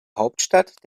hauptstadt